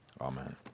Amen